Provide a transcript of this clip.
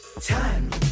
Time